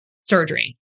surgery